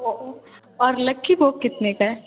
और और लकी भोग कितने का है